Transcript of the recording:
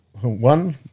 One